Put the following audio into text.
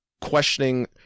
questioning